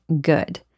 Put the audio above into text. good